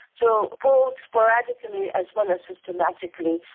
so, both sporadically as well as systematically,